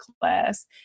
class